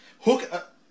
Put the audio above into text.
Hook